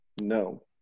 no